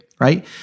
right